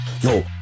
Yo